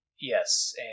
Yes